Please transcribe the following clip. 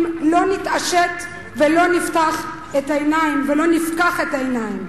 אם לא נתעשת ולא נפתח את העיניים ולא נפקח את העיניים.